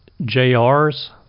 JR's